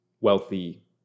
wealthy